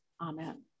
Amen